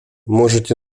можете